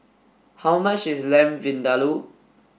how much is Lamb Vindaloo